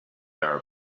arab